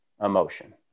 emotion